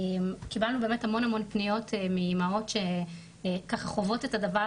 קיבלנו באמת המון פניות מאימהות שחוות את הדבר